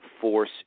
force